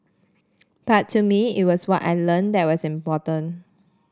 but to me it was what I learnt that was important